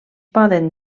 poden